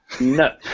No